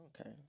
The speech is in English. Okay